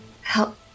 Help